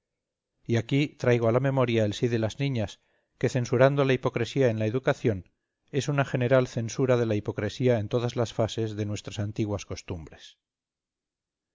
y aquí traigo a la memoria el sí de las niñas que censurando la hipocresía en la educación es una general censura de la hipocresía en todas las fases de nuestras antiguas costumbres